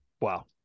Wow